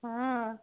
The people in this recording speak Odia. ହଁ